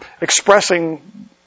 expressing